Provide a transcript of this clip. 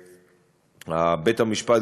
ובית-המשפט,